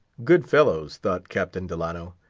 good fellows, thought captain delano,